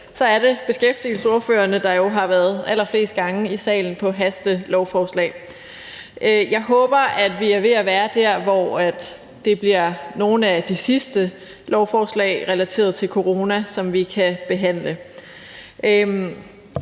er det beskæftigelsesordførerne, der har været allerflest gange i salen om hastelovforslag. Jeg håber, vi er ved at være der, hvor det bliver nogle af de sidste lovforslag relateret til corona, som vi kan behandle.